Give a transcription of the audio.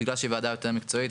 בגלל שהיא וועדה יותר מקצועית,